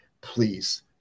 please